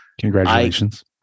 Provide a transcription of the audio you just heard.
Congratulations